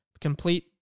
complete